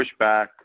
pushback